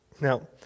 Now